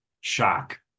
shock